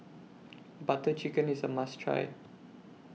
Butter Chicken IS A must Try